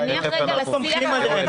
תניח רגע לשיח הזה.